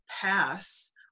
pass